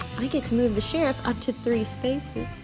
i get to move the sheriff up to three spaces.